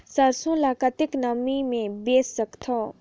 सरसो ल कतेक नमी मे बेच सकथव?